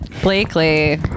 Blakely